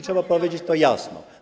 Trzeba powiedzieć to jasno.